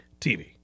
TV